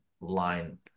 line